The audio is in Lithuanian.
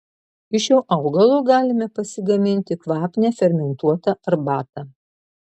iš šio augalo galime pasigaminti kvapnią fermentuotą arbatą